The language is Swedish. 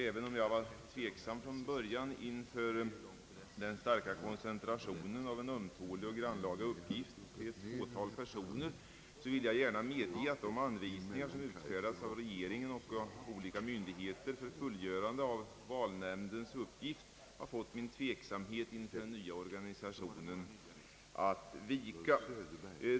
även om jag var tveksam från början inför den starka koncentrationen av denna ömtåliga och grannlaga uppgift till ett fåtal personer, vill jag gärna medge att de anvisningar som utfärdats av regeringen och av olika myndigheter för fullgörande av valnämndens uppgift har fått min tveksamhet inför den nhya organisationen att vika.